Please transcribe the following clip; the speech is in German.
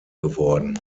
geworden